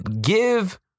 give